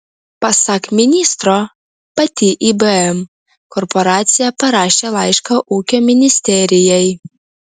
pasak ministro pati ibm korporacija parašė laišką ūkio ministerijai